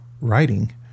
writing